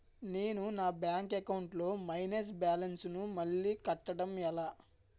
నేను నా bank account లొ మైనస్ బాలన్స్ ను మళ్ళీ కట్టడం ఎలా?